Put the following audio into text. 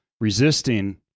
resisting